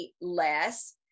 less